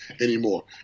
anymore